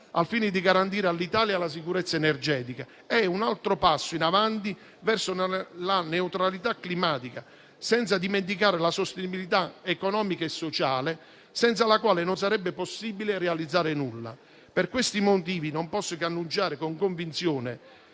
al fine di garantire all'Italia la sicurezza energetica. È un altro passo in avanti verso la neutralità climatica, senza dimenticare la sostenibilità economica e sociale senza la quale non sarebbe possibile realizzare nulla. Per questi motivi, non posso che annunciare con convinzione